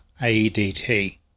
AEDT